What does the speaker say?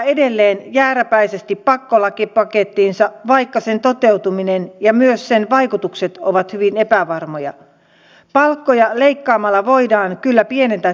on hienoa että täällä omaishoidosta puhutaan ja aivan kuten eestilä totesi hoitovastuuta ei voi kuitenkaan siirtää omaishoitajille